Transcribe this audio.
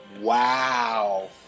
Wow